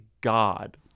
god